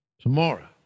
Tomorrow